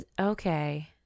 Okay